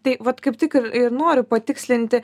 tai vat kaip tik ir ir noriu patikslinti